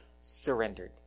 surrendered